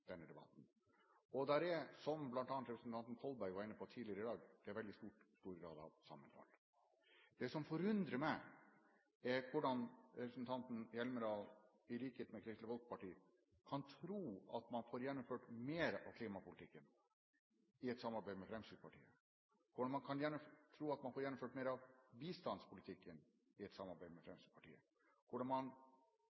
denne debatten. Og det er, som bl.a. representanten Kolberg var inne på tidligere i dag, veldig stor grad av sammenfall. Det som forundrer meg, er hvordan representanten Hjemdal, i likhet med Kristelig Folkeparti, kan tro at man får gjennomført mer av klimapolitikken i et samarbeid med Fremskrittspartiet, hvordan man kan tro at man får gjennomført mer av bistandspolitikken i et samarbeid med